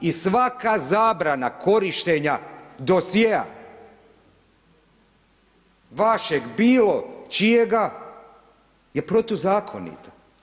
I svaka zabrana korištenja dosjea vašeg bilo čijega je protuzakonita.